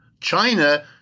China